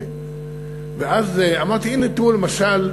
ואז אמרתי, תראו, למשל,